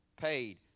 paid